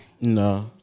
No